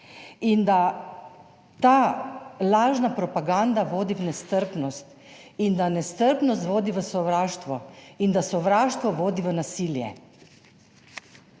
in da ta lažna propaganda vodi v nestrpnost in da nestrpnost vodi v sovraštvo in da sovraštvo vodi v nasilje.